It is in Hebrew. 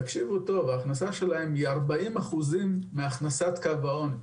תקשיבו טוב היא 40% מהכנסת קו העוני.